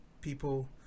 people